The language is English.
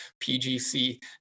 PGC